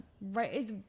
right